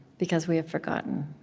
because we have forgotten.